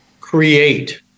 create